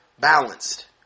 balanced